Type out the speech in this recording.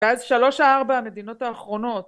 ואז שלוש ארבע המדינות האחרונות